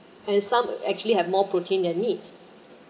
and some actually have more protein than meat